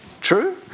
True